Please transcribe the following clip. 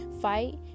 fight